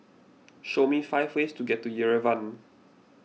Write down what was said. show me five ways to get to Yerevan